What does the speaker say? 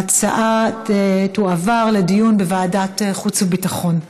ההצעה תועבר לדיון בוועדת חוץ וביטחון.